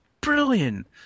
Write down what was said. brilliant